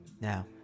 Now